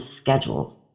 schedule